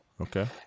Okay